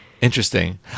Interesting